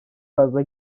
fazla